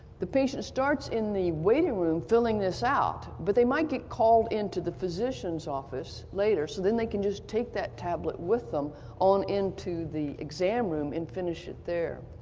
the patient starts in the waiting room filling this out, but they might get called into the physician's office later, so then they can just take that tablet with them on into the exam room and finish it there.